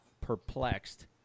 perplexed